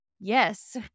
yes